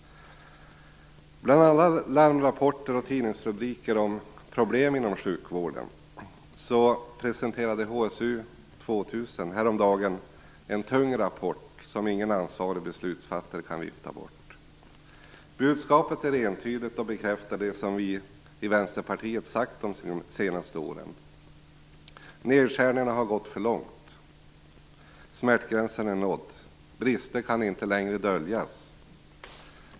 Bland alla larmrapporter och tidningsrubriker om problem inom sjukvården presenterade HSU 2000 häromdagen en tung rapport, som ingen ansvarig beslutsfattare kan vifta bort. Budskapet är entydigt och bekräftar det som vi i Vänsterpartiet sagt de senaste åren: Nedskärningarna har gått för långt. Smärtgränsen är nådd. Brister kan inte längre döljas.